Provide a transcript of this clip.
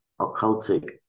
occultic